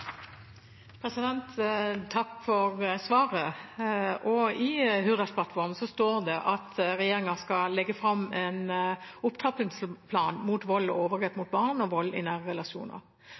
Takk for svaret. I Hurdalsplattformen står det også at regjeringen skal legge fram en opptrappingsplan mot vold og overgrep mot barn og vold i nære relasjoner.